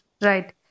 right